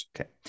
Okay